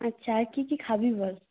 আচ্ছা আর কি কি খাবি বল